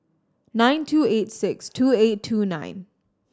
nine two eight six two eight two nine